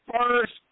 first